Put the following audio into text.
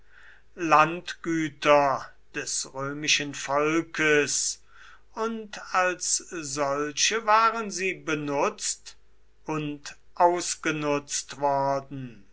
landgüter des römischen volkes und als solche waren sie benutzt und ausgenutzt worden